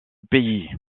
pays